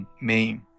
main